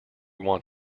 want